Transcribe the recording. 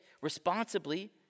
responsibly